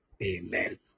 amen